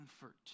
comfort